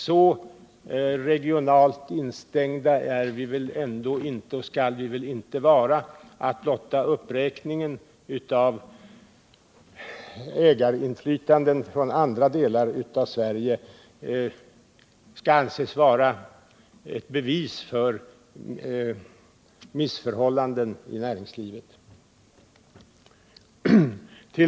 Så regionalt instängda är vi väl inte, och bör väl inte heller vara det, att blotta uppräkningen av ägarinflytanden från andra delar av Sverige skall anses vara ett bevis på missförhållanden inom näringslivet.